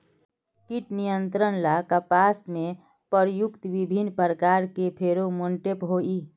कीट नियंत्रण ला कपास में प्रयुक्त विभिन्न प्रकार के फेरोमोनटैप होई?